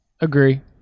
agree